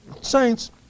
Saints